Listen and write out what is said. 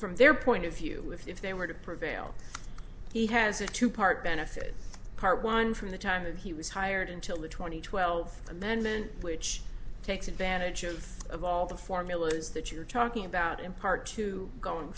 from their point of view if they were to prevail he has a two part benefit part one from the time that he was hired until the two thousand and twelve amendment which takes advantage of of all the formulas that you're talking about in part two going